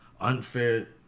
unfair